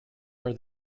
are